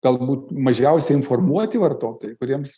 galbūt mažiausiai informuoti vartotojai kuriems